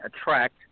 attract